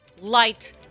light